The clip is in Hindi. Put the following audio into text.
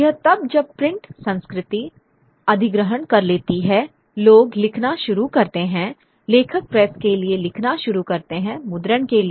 यह तब जब प्रिंट संस्कृति अधिग्रहण कर लेती है लोग लिखना शुरू करते हैं लेखक प्रेस के लिए लिखना शुरू करते हैं मुद्रण के लिए